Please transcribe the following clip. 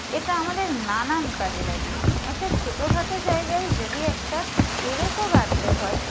এটা আমাদের নানান কাজে লাগে একটা ছোটোখাটো জায়গায় যদি একটা পেরেকও গাড়তে হয়